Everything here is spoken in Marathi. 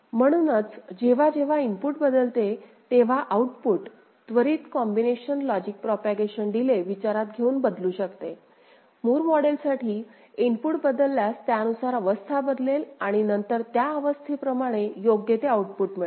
म्हणूनच जेव्हा जेव्हा इनपुट बदलते तेव्हा आउटपुट त्वरित कॉम्बिनेशन लॉजिक प्रोपोगेशन डिले विचारात घेऊन बदलू शकते मूर मॉडेलसाठी इनपुट बदलल्यास त्यानुसार अवस्था बदलेल आणि नंतर त्या अवस्थेप्रमाणे योग्य ते आउटपुट मिळेल